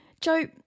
Joe